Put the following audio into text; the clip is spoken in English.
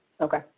Okay